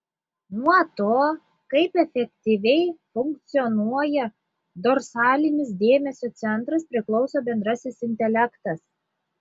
nuo to kaip efektyviai funkcionuoja dorsalinis dėmesio centras priklauso bendrasis intelektas